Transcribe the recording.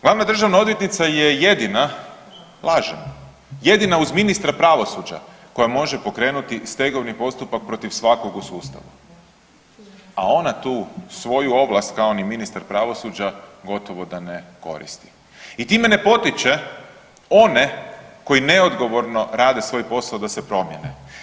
Glavna državna odvjetnica je jedina, lažem, jedina uz Ministara pravosuđa koja može pokrenuti stegovni postupak protiv svakog u sustavu, a ona tu svoju ovlast kao ni Ministar pravosuđa gotovo da ne koristi i time ne potiče one koji neodgovorno rade svoj posao da se promijene.